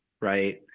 right